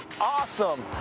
awesome